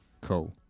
Cool